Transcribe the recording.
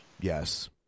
Yes